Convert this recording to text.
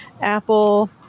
Apple